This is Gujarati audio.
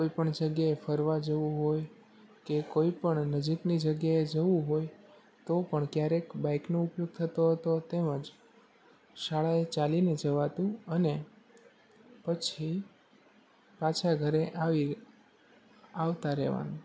કોઈ પણ જગ્યાએ ફરવા જવું હોય કે કોઈ પણ નજીકની જગ્યાએ જવું હોય તો પણ ક્યારેક બાઈકનો ઉપયોગ થતો હતો તેમજ શાળાએ ચાલીને જવાતું અને પછી પાછા ઘરે આવી આવતા રેવાનું